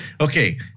Okay